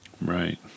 Right